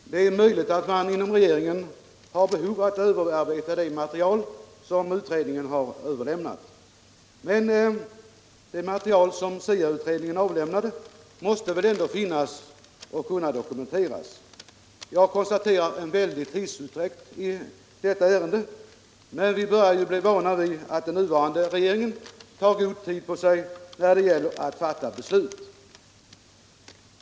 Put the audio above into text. Herr talman! Det är möjligt att man inom regeringen har behov av att överarbeta det material som utredningen överlämnat. Men det material som SIA-utredningen lämnade måste väl ändå finnas och kunna dokumenteras. Jag konstaterar att detta ärende i hög grad dragit ut på tiden, men vi börjar ju bli vana vid att den nuvarande regeringen tar god tid på sig när det gäller att fatta beslut.